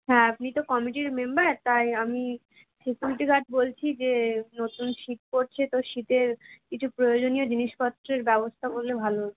হ্যাঁ আপনি তো কমিটির মেম্বার তাই আমি সিকিউরিটি গার্ড বলছি যে নতুন শীত পড়ছে তো শীতের কিছু প্রয়োজনীয় জিনিসপত্রের ব্যবস্থা করলে ভালো হতো